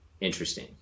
Interesting